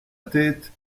tête